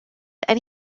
and